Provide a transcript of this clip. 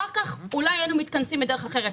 אחר כך אולי היינו מתכנסים בדרך אחרת,